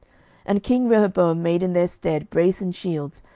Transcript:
and king rehoboam made in their stead brasen shields,